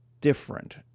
different